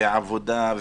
עבודה,